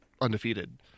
undefeated